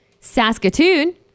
Saskatoon